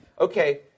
okay